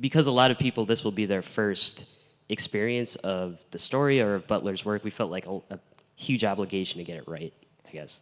because a lot of people this will be their first experience of the story or of butler's work we felt like ah a huge obligation to get it right i guess.